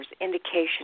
indication